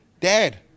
Dad